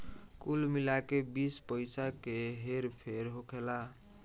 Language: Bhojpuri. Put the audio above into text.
कुल मिला के बीस पइसा के हेर फेर होखेला